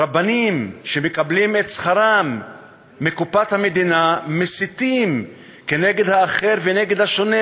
רבנים שמקבלים את שכרם מקופת המדינה מסיתים נגד האחר ונגד השונה.